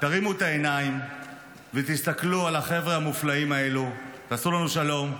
תרימו את העיניים ותסתכלו על החבר'ה המופלאים האלה תעשו לנו שלום.